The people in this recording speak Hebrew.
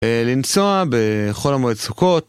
לנסוע בכל המועד סוכות.